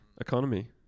Economy